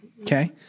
okay